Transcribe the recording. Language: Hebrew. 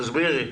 תסבירי.